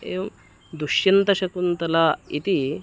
एवं दुष्यन्तशकुन्तला इति